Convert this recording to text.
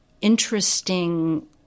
interesting